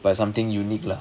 but something unique lah